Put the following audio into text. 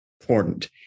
important